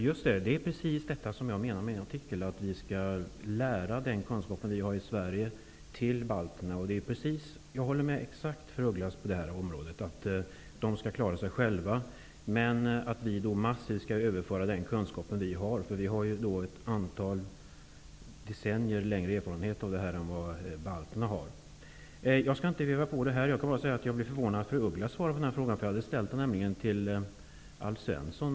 Herr talman! Det är precis detta jag menar i min artikel, att vi skall dela med oss av den kunskap vi har i Sverige till balterna. Jag håller exakt med fru af Ugglas på det här området. De skall klara sig själva. Men vi skall massivt överföra den kunskap vi har. Vi har ett antal decennier längre erfarenhet av detta än vad balterna har. Jag skall inte veva på om det här. Jag vill bara säga att jag blev förvånad över att fru af Ugglas svarade på den här frågan. Jag hade nämligen ställt den till Alf Svensson.